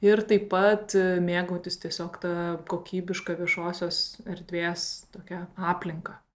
ir taip pat mėgautis tiesiog ta kokybiška viešosios erdvės tokia aplinka